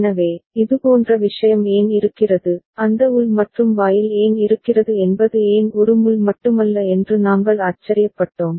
எனவே இதுபோன்ற விஷயம் ஏன் இருக்கிறது அந்த உள் மற்றும் வாயில் ஏன் இருக்கிறது என்பது ஏன் ஒரு முள் மட்டுமல்ல என்று நாங்கள் ஆச்சரியப்பட்டோம்